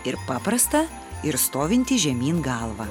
ir paprastą ir stovintį žemyn galva